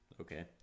okay